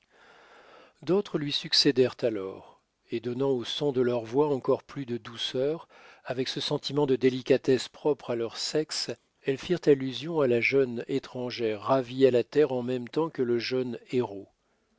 d'autres lui succédèrent alors et donnant au son de leur voix encore plus de douceur avec ce sentiment de délicatesse propre à leur sexe elles firent allusion à la jeune étrangère ravie à la terre en même temps que le jeune héros